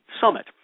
Summit